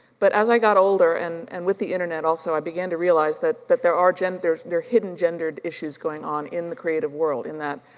but as i got older and and with the internet also, i began to realize that that there are gender, there're hidden gender issues going on in the creative world, in that